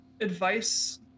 advice